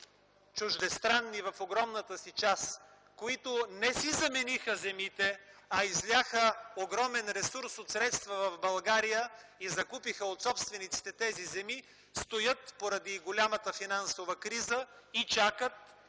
чуждестранни, в огромната си част, които не си замениха земите, а изляха огромен ресурс от средства в България и закупиха от собствениците тези земи, стоят поради голямата финансова криза и чакат